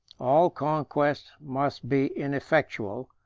all conquest must be ineffectual,